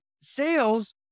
sales